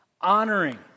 Honoring